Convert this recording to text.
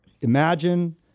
imagine